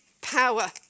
power